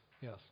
Yes